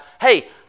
Hey